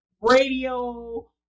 radio